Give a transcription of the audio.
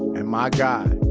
and my guy,